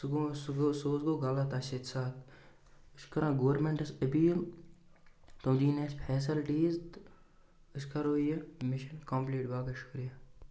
سُہ گوٚو سُہ گوٚو سُہ حظ گوٚو غلط اَسہِ ییٚتہِ سخ أسۍ چھِ کَران گورمٮ۪نٛٹَس اپیٖل تِم دِیِنۍ اَسہِ فیسَلٹیٖز تہٕ أسۍ کَرو یہِ مِشَن کَمپُلیٖٹ باقٕے شُکریہ